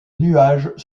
nuages